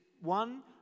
one